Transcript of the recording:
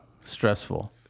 Stressful